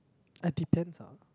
It depends ah